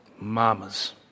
Mamas